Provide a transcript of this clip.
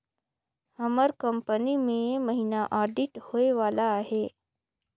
हमर कंपनी में ए महिना आडिट होए वाला अहे